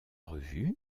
revue